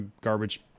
garbage